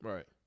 Right